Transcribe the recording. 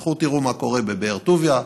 תלכו תראו מה קורה בבאר טוביה,